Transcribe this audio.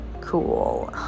cool